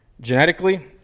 genetically